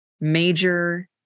major